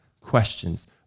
questions